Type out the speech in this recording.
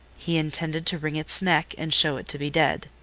he intended to wring its neck and show it to be dead.